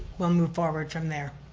we'll move forward from there.